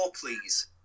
please